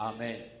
Amen